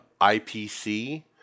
IPC